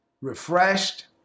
refreshed